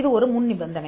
இது ஒரு முன்நிபந்தனை